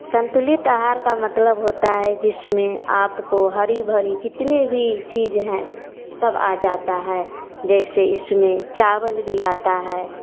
संतुलित आहार का मतलब होता है जिसमें आपको हरी भरी जितने भी चीज हैं सब आ जाता है जैसे इसमें चावल भी आता है